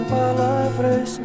palavras